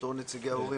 נציגי ההורים,